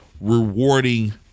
rewarding